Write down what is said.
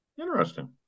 Interesting